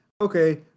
Okay